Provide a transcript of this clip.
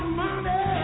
money